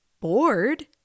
Bored